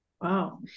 wow